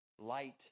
light